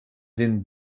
den